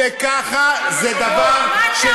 וככה זה דבר, מה אתה אומר?